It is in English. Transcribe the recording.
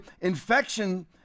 infection